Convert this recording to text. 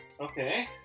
Okay